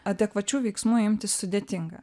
adekvačių veiksmų imtis sudėtinga